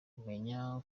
kumenya